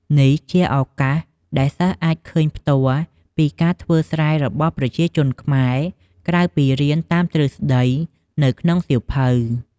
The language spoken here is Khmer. នេះជាឱកាសដែលសិស្សអាចឃើញផ្ទាល់ពីការធ្វើស្រែរបស់ប្រជាជនខ្មែរ ក្រៅពីរៀនតាមទ្រឹស្តីនៅក្នុងសៀវភៅ។